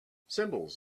symbols